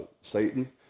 Satan